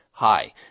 Hi